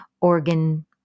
organ